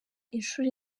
inshuro